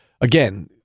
again